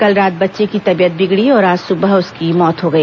कल रात बच्चे की तबीयत बिगड़ी और आज सुबह उसकी मौत हो गई